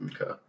Okay